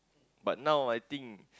but now I think